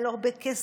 היה לו הרבה כסף,